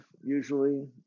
usually